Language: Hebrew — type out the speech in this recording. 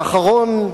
ואחרון,